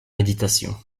méditation